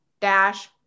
dash